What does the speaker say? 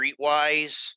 Streetwise